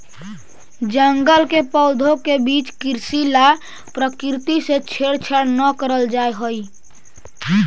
जंगल के पौधों के बीच कृषि ला प्रकृति से छेड़छाड़ न करल जा हई